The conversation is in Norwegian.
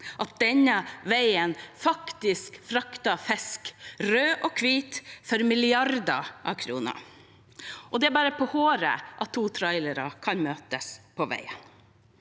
at denne veien faktisk frakter fisk, rød og hvit, for milliarder av kroner. Det er bare på håret at to trailere kan møtes på veien.